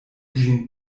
ĝin